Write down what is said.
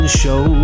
show